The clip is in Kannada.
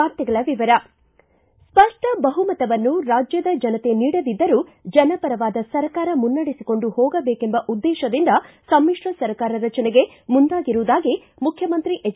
ವಾರ್ತೆಗಳ ವಿವರ ಸ್ಪಪ್ಪ ಬಹುಮತವನ್ನು ರಾಜ್ಯದ ಜನತೆ ನೀಡದಿದ್ದರೂ ಜನಪರವಾದ ಸರ್ಕಾರ ಮುನ್ನಡೆಸಿಕೊಂಡು ಹೋಗಬೇಕೆಂಬ ಉದ್ದೇಶದಿಂದ ಸಮಿತ್ರ ಸರ್ಕಾರ ರಚನೆಗೆ ಮುಂದಾಗಿರುದಾಗಿ ಮುಖ್ಯಮಂತ್ರಿ ಎಚ್